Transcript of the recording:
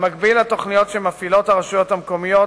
במקביל לתוכניות שמפעילות הרשויות המקומיות,